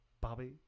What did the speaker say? Bobby